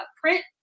print